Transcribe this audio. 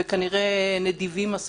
כנראה נדיבים מספיק,